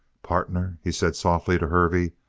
partner, he said softly to hervey,